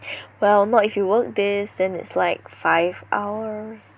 well not if you work this then it's like five hours